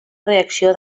reacció